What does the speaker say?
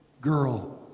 girl